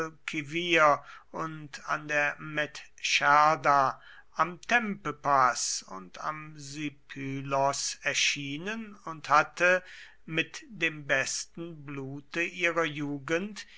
guadalquivir und an der medscherda am tempepaß und am sipylos erschienen und hatte mit dem besten blute ihrer jugend